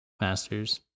masters